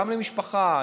גם למשפחה,